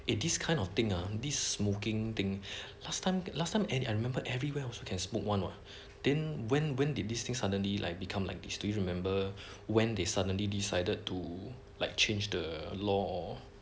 eh this kind of thing ah this smoking thing last time last time eh I remember everywhere also can smoke one what then when when did this thing suddenly like become like this do you remember when they suddenly decided to like change the law or